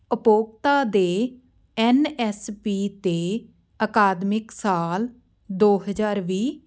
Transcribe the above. ਉਪਭੋਗਤਾ ਦੇ N S P 'ਤੇ ਅਕਾਦਮਿਕ ਸਾਲ ਦੋ ਹਜ਼ਾਰ ਵੀਹ